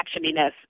actioniness